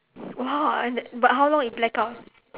!wah! and then but how long it blacked out